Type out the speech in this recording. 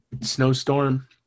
snowstorm